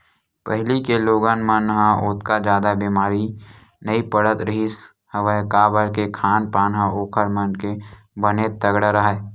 पहिली के लोगन मन ह ओतका जादा बेमारी नइ पड़त रिहिस हवय काबर के खान पान ह ओखर मन के बने तगड़ा राहय